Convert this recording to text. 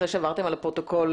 אחרי שעברתם על הפרוטוקול,